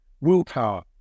willpower